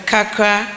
Kakra